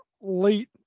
late